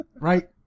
Right